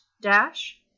Dash